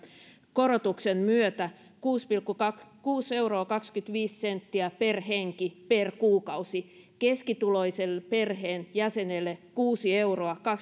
korotuksen myötä kuusi euroa kaksikymmentäviisi senttiä per henki per kuukausi keskituloisen perheen jäsenelle kuusi euroa